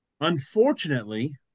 unfortunately